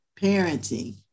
parenting